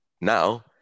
now